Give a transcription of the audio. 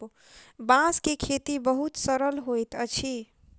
बांस के खेती बहुत सरल होइत अछि